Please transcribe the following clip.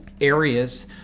areas